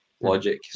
logic